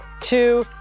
two